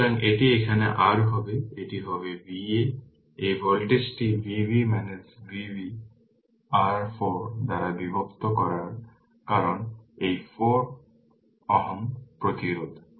সুতরাং এটি এখানে r হবে এটি হবে Va এই ভোল্টেজটি Vb Vb r 4 দ্বারা বিভক্ত কারণ এই 4 Ω প্রতিরোধ